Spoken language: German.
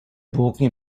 burgen